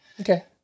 Okay